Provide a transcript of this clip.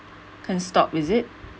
can't stop is it